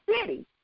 city